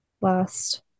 last